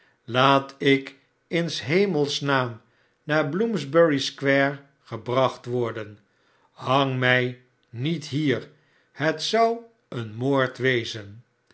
laat ik in s hemels naam naar bloomstdury square gebracht worden hang mij niet hier het zou een moord wezen